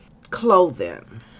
clothing